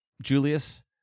Julius